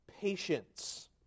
patience